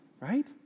right